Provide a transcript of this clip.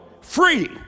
free